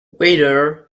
waiter